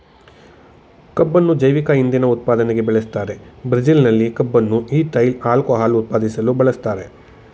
ಕಬ್ಬುನ್ನು ಜೈವಿಕ ಇಂಧನ ಉತ್ಪಾದನೆಗೆ ಬೆಳೆಸ್ತಾರೆ ಬ್ರೆಜಿಲ್ನಲ್ಲಿ ಕಬ್ಬನ್ನು ಈಥೈಲ್ ಆಲ್ಕೋಹಾಲ್ ಉತ್ಪಾದಿಸಲು ಬಳಸ್ತಾರೆ